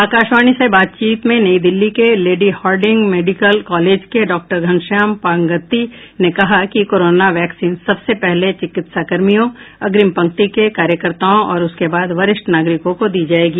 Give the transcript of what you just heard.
आकाशवाणी से बातचीत में नई दिल्ली के लेडी हार्डिंग मेडिकल कॉलेज के डॉक्टर घनश्याम पांगती ने कहा कि कोरोना वैक्सीन सबसे पहले चिकित्साकर्मियों अग्रिम पंक्ति के कार्यकर्ताओं और उसके बाद वरिष्ठ नागरिकों को दी जाएगी